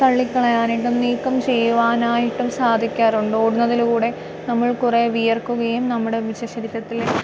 തള്ളിക്കളയാനായിട്ട് നീക്കം ചെയ്യുവാനായിട്ടും സാധിക്കാറുണ്ട് ഓടുന്നതിലൂടെ നമ്മൾ കുറെ വിയർക്കുകയും നമ്മളുടെ വിഷ ശരീരത്തിലെ